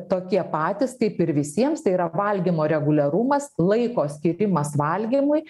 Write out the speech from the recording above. tokie patys kaip ir visiems tai yra valgymo reguliarumas laiko skyrimas valgymui